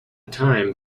time